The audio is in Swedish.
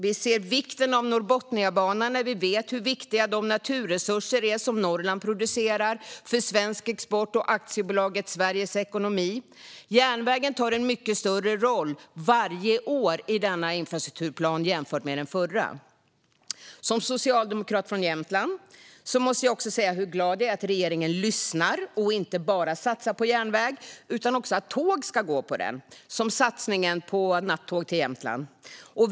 Vi ser vikten av Norrbotniabanan när vi vet hur viktiga de naturresurser som Norrland producerar är för svensk export och för Aktiebolaget Sveriges ekonomi. Järnvägen tar en mycket större roll varje år i denna infrastrukturplan jämfört med den förra. Som socialdemokrat från Jämtland måste jag också säga hur glad jag är att regeringen lyssnar och inte bara satsar på järnväg utan även på att tåg ska gå på den. Ett exempel på detta är satsningen på nattåg till Jämtland.